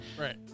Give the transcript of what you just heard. Right